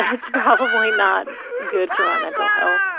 it's probably not good for my mental health.